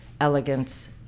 elegance